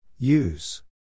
Use